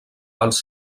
als